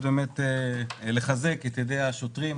הזדמנות לחזק את ידי השוטרים,